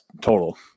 total